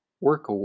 Work